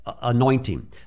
anointing